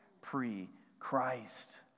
pre-Christ